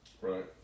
Right